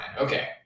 Okay